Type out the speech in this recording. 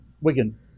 Wigan